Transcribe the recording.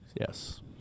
Yes